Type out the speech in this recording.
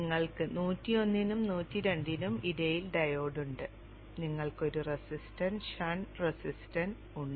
നിങ്ങൾക്ക് 101 നും 102 നും ഇടയിൽ ഡയോഡ് ഉണ്ട് നിങ്ങൾക്ക് ഒരു റെസിസ്റ്റൻസ് ഷണ്ട് റെസിസ്റ്റൻസ് ഉണ്ട്